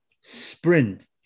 sprint